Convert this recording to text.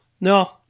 No